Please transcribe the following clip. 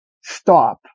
stop